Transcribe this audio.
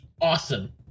awesome